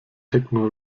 techno